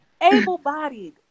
able-bodied